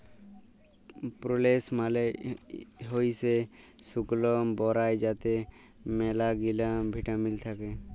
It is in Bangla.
প্রুলেস মালে হইসে শুকল বরাই যাতে ম্যালাগিলা ভিটামিল থাক্যে